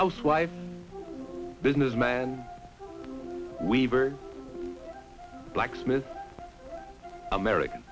housewife businessman weaver blacksmith american